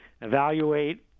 evaluate